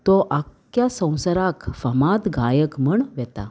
तो आख्या संवसाराक फामाद गायक म्हण वेता